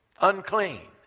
unclean